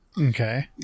Okay